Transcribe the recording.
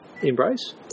embrace